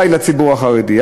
ודאי לציבור החרדי.